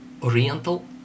Oriental